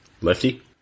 Lefty